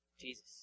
Jesus